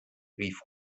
rief